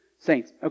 Saints